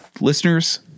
listeners